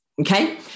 okay